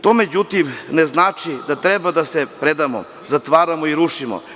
To međutim ne znači da treba i da se predamo, zatvaramo i rušimo.